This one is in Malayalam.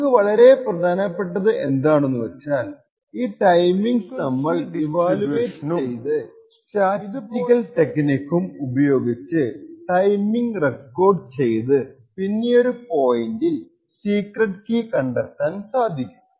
നമുക്ക് വളരെ പ്രധാനപ്പെട്ടത് എന്താണെന്നുവച്ചാൽ ഈ ടൈമിങ്സ് നമ്മൾ ഇവാലുവേറ്റ് ചെയ്ത് ഇത് പോലത്തെ ഫ്രേക്യുഎൻസി ഡിസ്ട്രിബ്യുഷനും സ്റ്റാറ്റിസ്റ്റിക്കൽ ടെക്നിക്കും ഉപയോഗിച്ച് ടൈമിംഗ് റെക്കോർഡ് ചെയ്ത് പിന്നെയൊരു പോയിന്റിൽ സീക്രെട്ട് കീ കണ്ടെത്താൻ സാധിക്കും